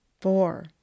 four